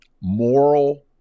moral